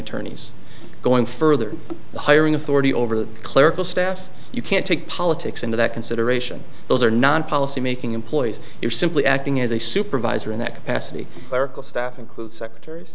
attorneys going further hiring authority over the clerical staff you can't take politics into that consideration those are not policy making employees you're simply acting as a supervisor in that capacity clerical staff includes secretaries